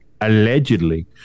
allegedly